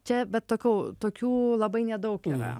čia bet tokių tokių labai nedaug yra